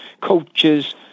coaches